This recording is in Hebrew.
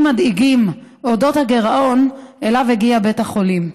מדאיגים על הגירעון שאליו הגיע בית החולים,